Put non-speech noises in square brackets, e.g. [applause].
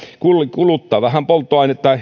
joka kuluttaa vähän polttoainetta [unintelligible]